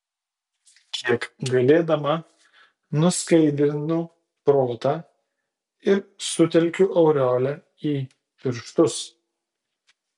kiek galėdama nuskaidrinu protą ir sutelkiu aureolę į pirštus